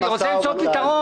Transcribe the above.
אני רוצה למצוא פתרון.